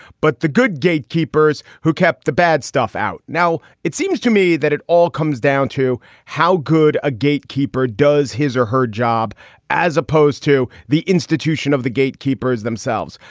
but the good gatekeepers who kept the bad stuff out. now, it seems to me that it all comes down to how good a gatekeeper does his or her job as opposed to the institution of the gatekeepers themselves.